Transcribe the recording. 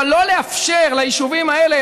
אבל לא לאפשר ליישובים האלה,